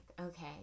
okay